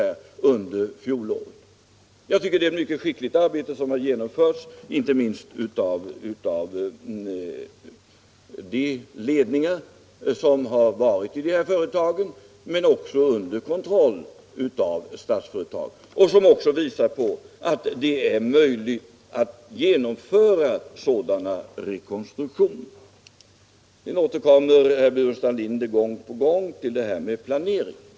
Jag tycker att det är ett mycket skickligt arbete som har genomförts, inte minst av dessa företags ledningar men också under kontroll av Statsföretag. Det visar att det är möjligt att genomföra sådana rekonstruktioner. Sedan återkommer herr Burenstam Linder gång på gång till detta med planering.